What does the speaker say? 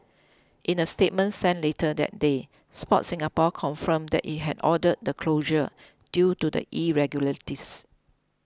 in a statement sent later that day Sport Singapore confirmed that it had ordered the closure due to the irregularities